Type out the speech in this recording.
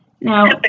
Now